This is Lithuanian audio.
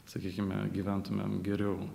sakykime gyventumėm geriau